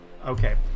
Okay